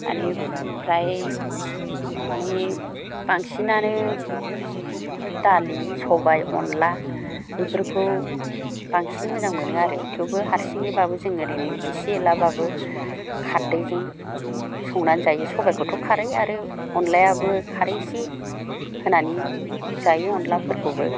माने प्राय माने बांसिनानो दालि सबाय अनला बेफोरखौ बांसिन मोजां मोनो आरो थेवबो हारसिंयैबाबो जों ओरैनो इसे इलाबाबो खारदैजों संनानै जायो सबायखौथ' खारै आरो अनलायाबो खारै इसे होनानै जायो अनलाफोरखौबो